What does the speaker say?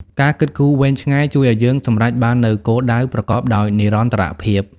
ការគិតគូរវែងឆ្ងាយ ជួយឱ្យយើងសម្រេចបាននូវគោលដៅប្រកបដោយនិរន្តរភាព។